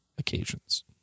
occasions